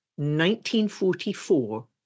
1944